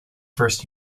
first